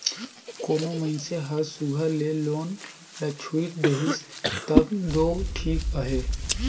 कोनो मइनसे हर सुग्घर ले लोन ल छुइट देहिस तब दो ठीक अहे